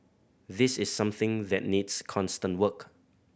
this is something that needs constant work